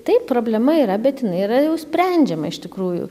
taip problema yra bet jinai yra jau sprendžiama iš tikrųjų